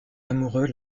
amoureux